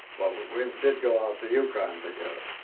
we did go out to ucon together.